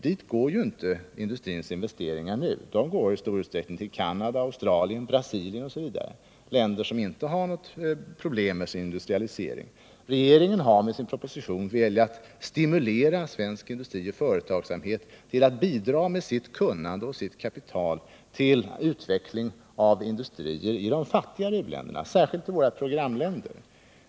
Dit går ju inte industrins investeringar nu, utan de går i stor utsträckning till Canada, Brasilien osv., dvs. länder som inte har några problem med sin industrialisering. Regeringen har med sin proposition velat stimulera svensk industri och företagsamhet till att bidra med sitt kunnande och sitt kapital till utveckling av industrier i de fattigare u-länderna, särskilt i våra programländer.